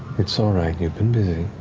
it's all right, you've been busy.